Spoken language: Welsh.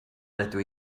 rydw